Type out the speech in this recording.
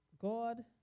God